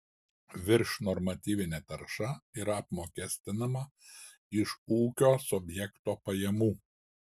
viršnormatyvinė tarša yra apmokestinama iš ūkio subjekto pajamų